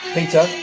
Peter